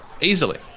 easily